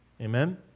Amen